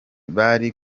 bari